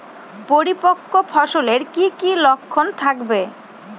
পরিপক্ক ফসলের কি কি লক্ষণ থাকবে?